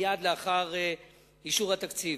מייד לאחר אישור התקציב.